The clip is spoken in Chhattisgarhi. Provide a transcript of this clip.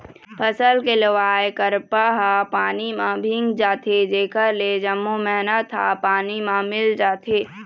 फसल के लुवाय करपा ह पानी म भींग जाथे जेखर ले जम्मो मेहनत ह पानी म मिल जाथे